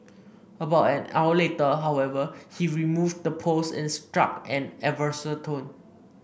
about an hour later however he removed the post and struck an adversarial tone